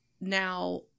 now